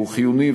הוא חיוני,